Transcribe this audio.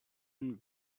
and